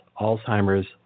Alzheimer's